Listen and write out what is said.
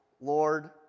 Lord